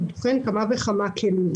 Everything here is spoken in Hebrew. ובוחן כמה וכמה כלים